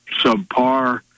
subpar